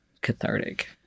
cathartic